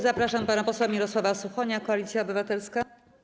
Zapraszam pana posła Mirosława Suchonia, Koalicja Obywatelska.